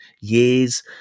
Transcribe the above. years